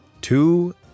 two